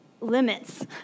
limits